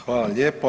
Hvala lijepa.